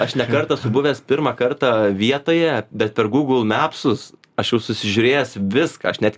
aš ne kartą esu buvęs pirmą kartą vietoje bet per google mepsus aš jau susižiūrėjęs viską aš net